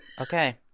okay